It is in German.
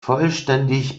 vollständig